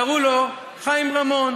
קראו לו חיים רמון.